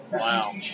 Wow